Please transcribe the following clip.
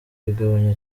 bigabanya